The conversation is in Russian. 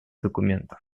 документов